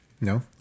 No